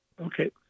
okay